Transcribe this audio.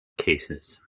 cases